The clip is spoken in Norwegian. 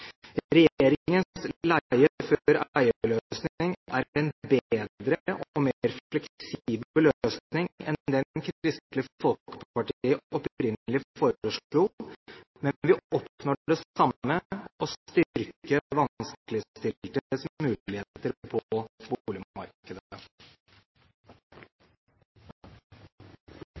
Regjeringens leie-før-eie-løsning er en bedre og mer fleksibel løsning enn den Kristelig Folkeparti opprinnelig foreslo. Men vi oppnår det samme: